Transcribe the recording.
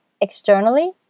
externally